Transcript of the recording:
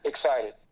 excited